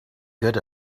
good